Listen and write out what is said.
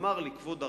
אמר לי כבוד הרב: